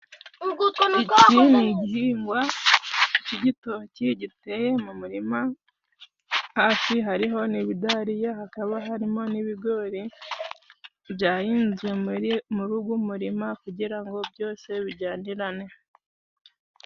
Iki ni igihingwa cy'igitoki giteye mu murima, hafi hariho n'ibidariya hakaba harimo n'ibigori byahinzwe muri ugu murima kugira ngo byose biyjanirane.